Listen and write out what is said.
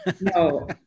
no